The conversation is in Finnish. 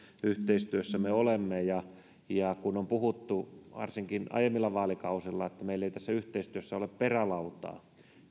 yhteistyössä me olemme ja ja kun on puhuttu varsinkin aiemmilla vaalikausilla että meillä ei tässä yhteistyössä ole perälautaa